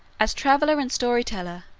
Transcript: as traveller and storyteller,